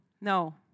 No